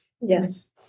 Yes